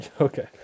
Okay